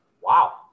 wow